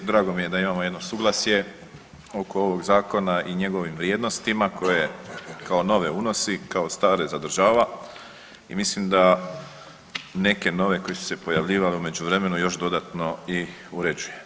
Drago mi je da imamo jedno suglasje oko ovog zakona i njegovim vrijednostima koje kao nove unosi, kao stare zadržava i mislim da neke nove koje su se pojavljivale u međuvremenu još dodatno i uređuje.